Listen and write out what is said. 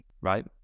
right